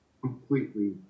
completely